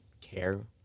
care